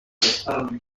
gaspard